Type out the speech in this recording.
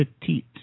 Petite